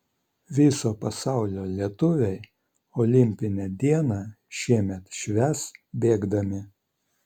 viso pasaulio lietuviai olimpinę dieną šiemet švęs bėgdami